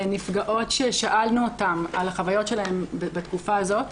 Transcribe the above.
נפגעות ששאלנו אותן על החוויות שלהן בתקופה הזאת,